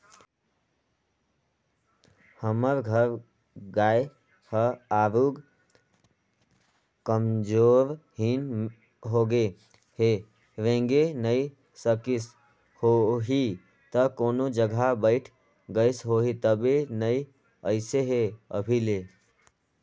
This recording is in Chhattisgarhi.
हमर घर गाय ह आरुग कमजोरहिन होगें हे रेंगे नइ सकिस होहि त कोनो जघा बइठ गईस होही तबे नइ अइसे हे अभी ले